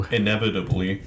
inevitably